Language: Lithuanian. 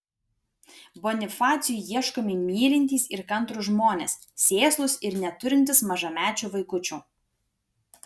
bonifacijui ieškomi mylintys ir kantrūs žmonės sėslūs ir neturintys mažamečių vaikučių